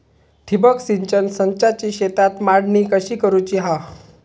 ठिबक सिंचन संचाची शेतात मांडणी कशी करुची हा?